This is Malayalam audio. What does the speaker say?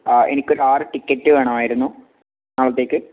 ആ എനിക്കൊരു ആറ് ടിക്കറ്റ് വേണമായിരുന്നു നാളത്തേക്ക്